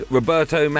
Roberto